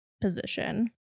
position